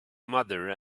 mother